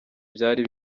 byari